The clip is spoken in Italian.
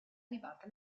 ribalta